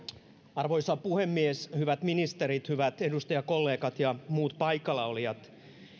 arvoisa puhemies hyvät ministerit hyvät edustajakollegat ja muut paikallaolijat